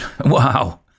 Wow